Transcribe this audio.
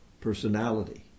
Personality